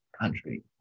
country